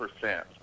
percent